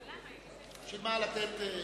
עזוב.